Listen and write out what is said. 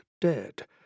dead—